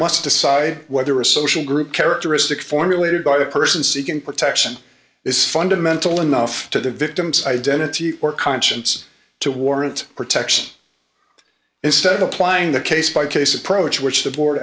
must decide whether a social group characteristic formulated by the person seeking protection is fundamental enough to the victim's identity or conscience to warrant protection instead of applying the case by case approach which the board